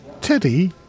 Teddy